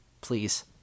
Please